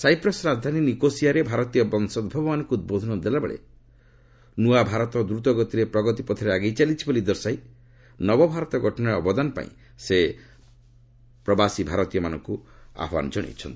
ସାଇପ୍ରସ୍ର ରାଜଧାନୀ ନିକୋସିଆରେ ଭାରତୀୟ ବଂଶୋଭବମାନଙ୍କୁ ଉଦ୍ବୋଧନ ଦେଲାବେଳେ ନୃଆ ଭାରତ ଦ୍ରତଗତିରେ ପ୍ରଗତି ପଥରେ ଆଗେଇ ଚାଲିଛି ବୋଲି ଦର୍ଶାଇ ନବଭାରତ ଗଠନରେ ଅବଦାନପାଇଁ ସେ ଆହ୍ୱାନ ଜଣାଇଛନ୍ତି